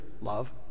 Love